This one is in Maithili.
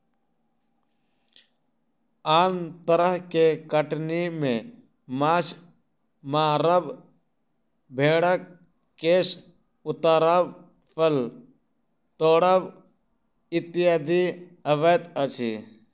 आन तरह के कटनी मे माछ मारब, भेंड़क केश उतारब, फल तोड़ब इत्यादि अबैत अछि